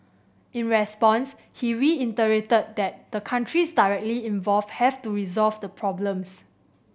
in response he reiterated that the countries directly involved have to resolve the problems